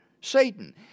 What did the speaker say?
Satan